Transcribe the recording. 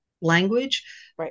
language